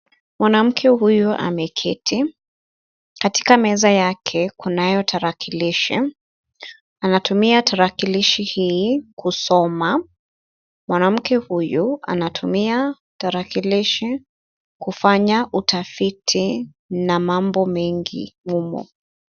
Mwanamke huyu ameketi. Katika meza yake kunayo tarakilishi. Anatumia tarakilishi hii kusoma. Mwanamke huyu anatumia tarakilishi kufanya utafiti na mambo mengi humo.